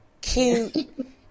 cute